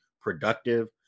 productive